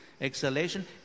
Exhalation